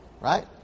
Right